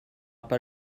pas